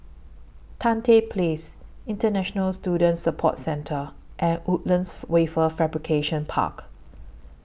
Tan Tye Place International Student Support Centre and Woodlands Wafer Fabrication Park